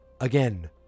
again